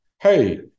hey